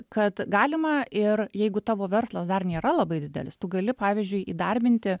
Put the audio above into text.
kad galima ir jeigu tavo verslas dar nėra labai didelis tu gali pavyzdžiui įdarbinti